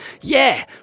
Yeah